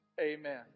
Amen